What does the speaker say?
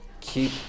Keep